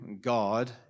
God